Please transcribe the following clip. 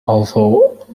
although